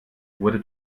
wurde